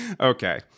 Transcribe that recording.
Okay